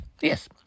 Yes